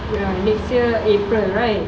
ya next year april right